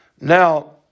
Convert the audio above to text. Now